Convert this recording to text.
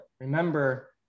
remember